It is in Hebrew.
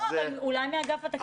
לא אז אולי מאגף התקציבים.